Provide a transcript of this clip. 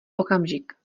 okamžik